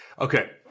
Okay